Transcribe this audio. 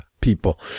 people